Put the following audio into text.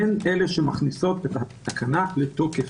הן יכניסו את התקנה לתוקף.